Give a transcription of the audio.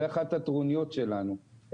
זאת אחת הטרוניות שלנו.